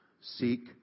seek